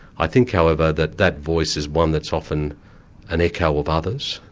i think however that that voice is one that's often an echo of others,